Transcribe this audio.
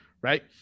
right